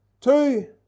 Two